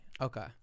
Okay